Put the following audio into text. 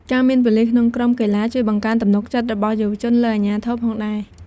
ការមានប៉ូលីសក្នុងក្រុមកីឡា ជួយបង្កើនទំនុកចិត្តរបស់យុវជនលើអាជ្ញាធរផងដែរ។